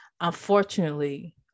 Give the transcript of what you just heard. Unfortunately